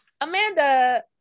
Amanda